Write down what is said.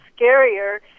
scarier